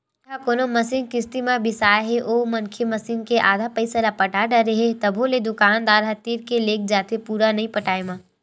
मनखे ह कोनो मसीन किस्ती म बिसाय हे ओ मनखे मसीन के आधा पइसा ल पटा डरे हे तभो ले दुकानदार ह तीर के लेग जाथे पुरा नइ पटाय म